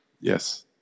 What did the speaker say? Yes